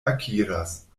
akiras